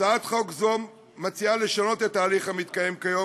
הצעת חוק זו מציעה לשנות את ההליך המתקיים כיום